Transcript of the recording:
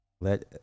Let